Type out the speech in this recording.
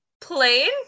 plane